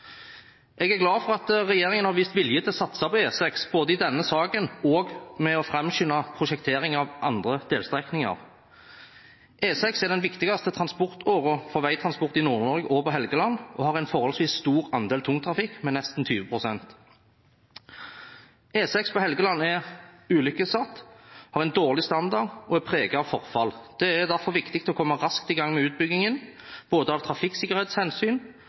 Jeg er glad for at regjeringen har vist vilje til å satse på E6, både i denne saken og ved å framskynde prosjektering av andre delstrekninger. E6 er den viktigste transportåren for veitransport i Nord-Norge og på Helgeland og har en forholdsvis stor andel tungtrafikk, nesten 20 pst. E6 på Helgeland er ulykkesutsatt, har en dårlig standard og er preget av forfall. Det er derfor viktig å komme raskt i gang med utbyggingen, både av trafikksikkerhetshensyn